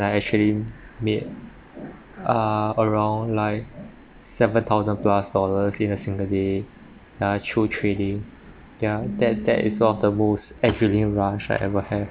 I actually made uh around like seven thousand plus dollars in a single day yeah through trading yeah that that is one of the most adrenaline rush I ever have